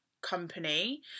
company